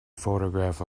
photograph